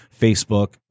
Facebook